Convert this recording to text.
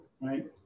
right